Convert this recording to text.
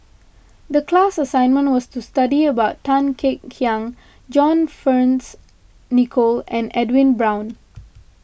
the class assignment was to study about Tan Kek Hiang John Fearns Nicoll and Edwin Brown